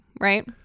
right